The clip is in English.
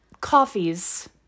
coffee's